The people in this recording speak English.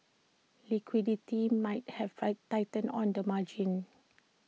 liquidity might have tightened on the margin